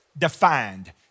Defined